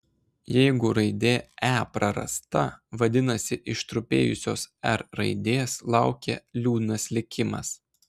jeigu raidė e prarasta vadinasi ištrupėjusios r raidės laukia liūdnas likimas